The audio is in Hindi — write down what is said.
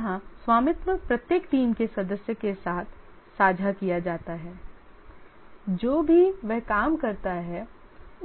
यहां स्वामित्व प्रत्येक टीम के सदस्य के साथ साझा किया जाता है जो भी वह काम करता है